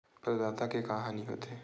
प्रदाता के का हानि हो थे?